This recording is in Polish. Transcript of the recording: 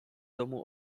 domu